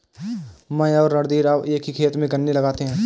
मैं और रणधीर अब एक ही खेत में गन्ने लगाते हैं